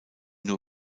nur